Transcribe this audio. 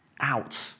out